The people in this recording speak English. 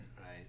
right